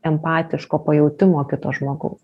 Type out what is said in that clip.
empatiško pajautimo kito žmogaus